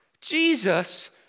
Jesus